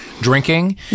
drinking